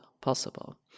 possible